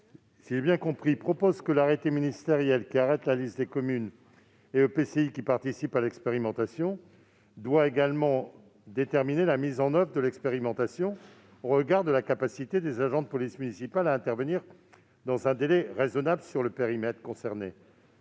Si j'ai bien compris, il propose que l'arrêté ministériel qui fixe la liste des communes et EPCI participant à l'expérimentation détermine également la mise en oeuvre de cette dernière au regard de la capacité des agents de police municipale à intervenir dans un délai raisonnable sur le périmètre concerné.